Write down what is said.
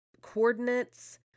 coordinates